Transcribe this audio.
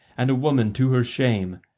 and a woman to her shame,